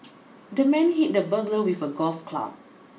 the man hit the burglar with a golf club